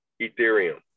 Ethereum